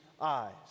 eyes